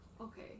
okay